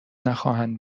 نخواهند